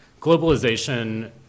globalization